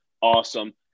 awesome